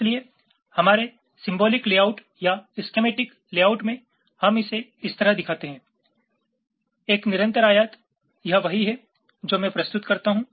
इसलिए हमारे symbolic layout या स्केमेटीक लेआउट में हम इसे इस तरह दिखाते हैं एक निरंतर आयात यह वही है जो मैं प्रस्तुत करता हूं